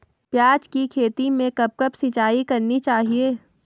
प्याज़ की खेती में कब कब सिंचाई करनी चाहिये?